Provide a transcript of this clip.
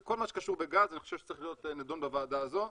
כל מה שקשור בגז אני חושב שצריך להיות נדון בוועדה הזו.